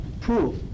proof